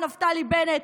נפתלי בנט,